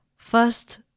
First